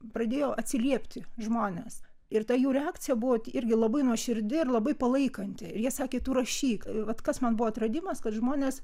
pradėjo atsiliepti žmonės ir ta jų reakcija buvo irgi labai nuoširdi ir labai palaikanti jie sakė tu rašyk vat kas man buvo atradimas kad žmonės